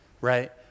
right